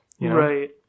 Right